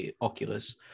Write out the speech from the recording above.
Oculus